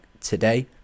today